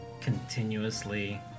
continuously